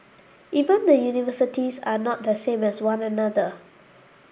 even the universities are not the same as one another